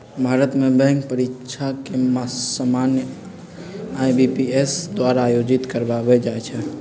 भारत में बैंक परीकछा सामान्य आई.बी.पी.एस द्वारा आयोजित करवायल जाइ छइ